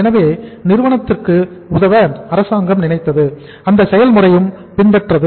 எனவே நிறுவனத்திற்கு உதவ அரசாங்கம் நினைத்தது அந்த செயல்முறையும் பின்பற்றப்பட்டது